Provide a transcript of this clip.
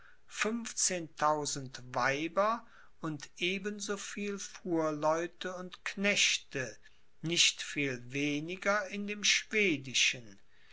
weiber und eben so viel fuhrleute und knechte nicht viel weniger in dem schwedischen